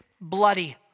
bloody